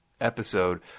episode